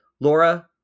Laura